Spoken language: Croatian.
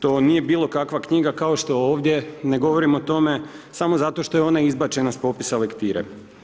To nije bilokakva knjiga, kao što ovdje ne govorim o tome, samo zato što je ona izbačena s popisa lektire.